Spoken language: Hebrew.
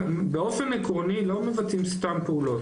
באופן עקרוני לא מבצעים סתם פעולות.